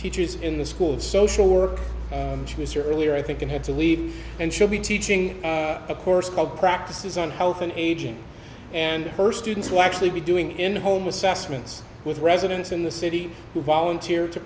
teacher is in the school social work she was here earlier i think it had to leave and should be teaching a course called practices on health and ageing and her students will actually be doing in home assessments with residents in the city who volunteer to